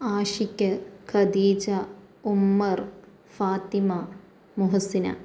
Ashiq Khadija Ummer Fathima Muhsina